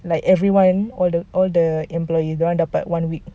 like everyone all the all the employees dia orang dapat one week